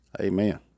Amen